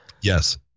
Yes